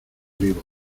vivos